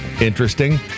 interesting